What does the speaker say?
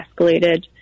escalated